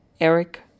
Eric